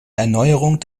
erneuerung